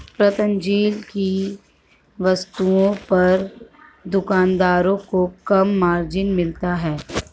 पतंजलि की वस्तुओं पर दुकानदारों को कम मार्जिन मिलता है